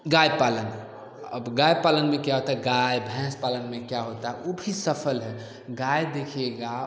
गाय पालन गाय पालन में क्या होता है गाय भैंस पालन मे क्या होता है ऊ भी सफल है गाय देखिए गाय